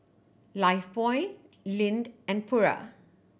Lifebuoy Lindt and Pura